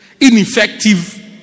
ineffective